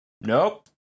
Nope